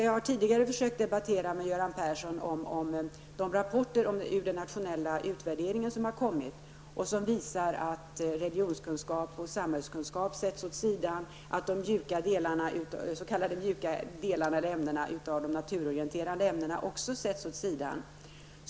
Jag har tidigare försökt debattera med Göran Persson om den rapport gällande den nationella utvärderingen som har kommit och som visar att religionskunskap och samhällskunskap och också de s.k. mjuka delarna av de naturorienterade ämnena har satts åsido.